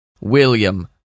William